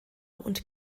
und